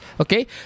Okay